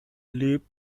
lebt